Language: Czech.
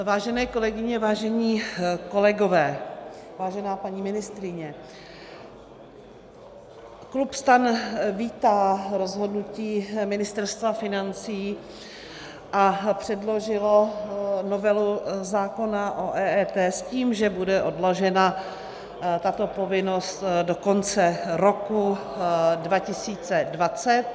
Vážené kolegyně, vážení kolegové, vážená paní ministryně, klub STAN vítá rozhodnutí Ministerstva financí a předložilo novelu zákona o EET s tím, že bude odložena do konce roku 2020.